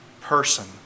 person